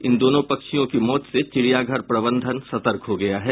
इन दोनों पक्षियों की मौत से चिड़ियाघर प्रबंधन सतर्क हो गया है